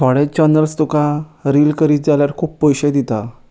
थोडे चॅनल्स तुका रिल करीत जाल्यार खूब पयशे दितात